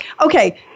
okay